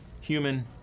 human